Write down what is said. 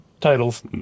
titles